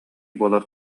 буолар